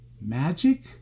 magic